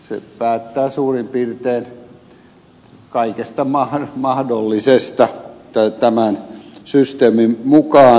se päättää suurin piirtein kaikesta mahdollisesta tämän systeemin mukaan